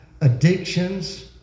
addictions